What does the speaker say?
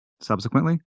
subsequently